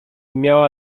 miała